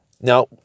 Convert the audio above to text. Now